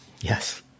Yes